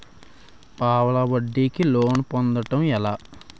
పావలా వడ్డీ కి లోన్ పొందటం ఎలా?